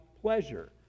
pleasure